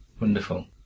Wonderful